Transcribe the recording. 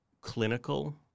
clinical